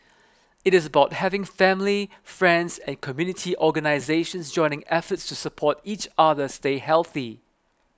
it is about having family friends and community organisations joining efforts to support each other stay healthy